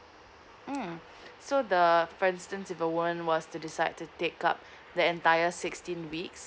mm so the president of the warrant was the decide to take up the entire sixteen weeks